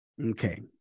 Okay